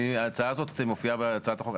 ההצעה הזאת מופיעה בהצעת החוק?